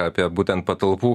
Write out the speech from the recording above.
apie būtent patalpų